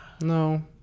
No